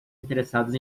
interessadas